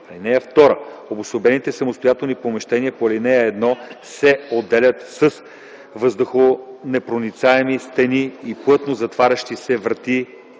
3. (2) Обособените самостоятелни помещения по ал. 1 се отделят с въздухонепроницаеми стени и плътно затварящи се врати